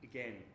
Again